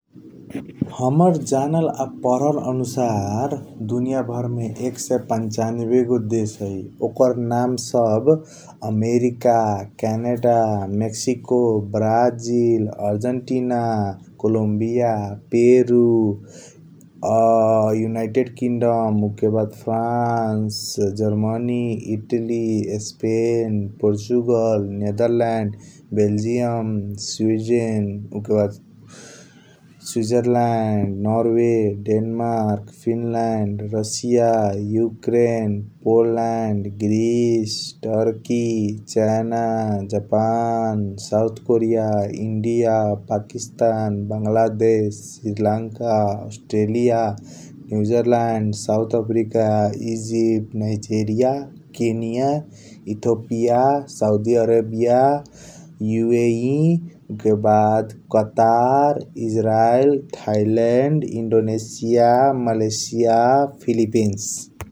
हमर जानल आ परहल अनुशार दुनियाँ भरमें एक सय पनचनबे गो देस है। ओकर नाम सब America, Canada, Mexico, Brazil, Argentina, Colombia, Peru, United Kingdom, France, Germany, Italy, Spain, Portugal, Netherland, Belgium, Sweden उके बाद Switzerland, Norway, Denmark, Finland, Russia, Ukraine, Poland, Greece, Turkey, च्यानेल, Japan, South Korea, India Pakistan, Bangladesh, Sri Lanka, Australia, New Zealand, South Africa, Egypt, Nigeria, Kenya, Ethiopia, Saudi Arabia, UAE, उके बाद Qatar, Israel, Thailand, Indonesia, Malaysia, Philippines.